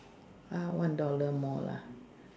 ah one dollar more lah